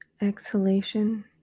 exhalation